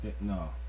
No